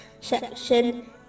section